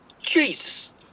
Jesus